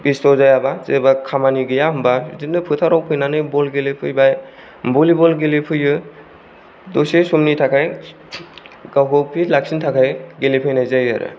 बेस्त' जायाबा जेब्ला खामानि गैया होमबा बिदिनो फोथाराव फैनानै बल गेले फैबाय बलिबल गेलेफैयो दसे समनि थाखाय गावखौ फित लाखिनो थाखाय गेलेफैनाय जायो आरो